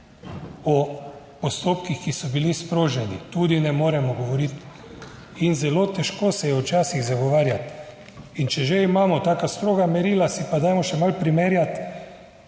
o postopkih, ki so bili sproženi tudi ne moremo govoriti in zelo težko se je včasih zagovarjati. In če že imamo taka stroga merila si pa dajmo še malo primerjati